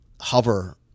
hover